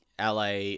LA